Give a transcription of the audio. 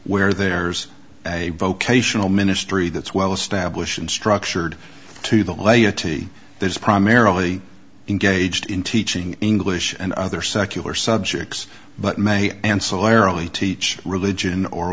where there's a vocational ministry that's well established and structured to the laity there's primarily engaged in teaching english and other secular subjects but may ancillary only teach religion or